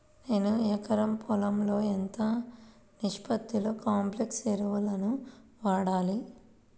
నేను ఎకరం పొలంలో ఎంత నిష్పత్తిలో కాంప్లెక్స్ ఎరువులను వాడాలి?